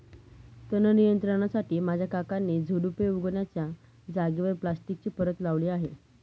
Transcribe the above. तण नियंत्रणासाठी माझ्या काकांनी झुडुपे उगण्याच्या जागेवर प्लास्टिकची परत लावली आहे